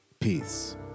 Peace